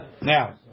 Now